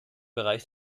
bereich